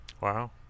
Wow